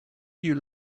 you